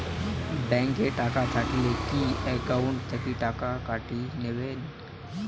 Bank এ টাকা থাকিলে কি একাউন্ট থাকি টাকা কাটি নিবেন?